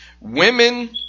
Women